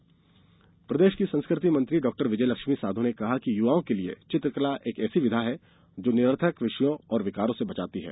चित्र प्रदर्शनी प्रदेश की संस्कृति मंत्री डॉ विजयलक्ष्मी साधौ ने कहा कि युवाओं के लिए चित्रकला एक ऐसी विधा है जो निरर्थक विषयों और विकारों से बचाती है